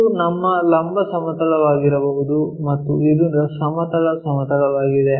ಇದು ನಮ್ಮ ಲಂಬ ಸಮತಲವಾಗಿರಬಹುದು ಮತ್ತು ಇದು ಸಮತಲ ಸಮತಲವಾಗಿದೆ